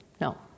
no